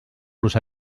los